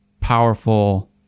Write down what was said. powerful